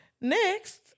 Next